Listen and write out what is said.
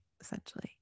essentially